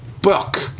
book